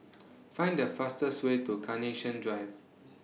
Find The fastest Way to Carnation Drive